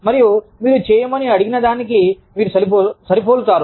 మరియు మీరు చేయమని అడిగినదానికి మీరు సరిపోలుతారు